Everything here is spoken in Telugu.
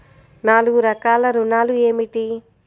నాలుగు రకాల ఋణాలు ఏమిటీ?